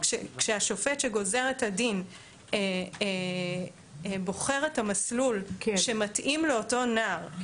כשהשופט שגוזר את הדין בוחר את המסלול שמתאים לאותו נער -- כן.